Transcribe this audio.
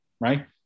right